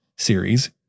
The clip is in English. series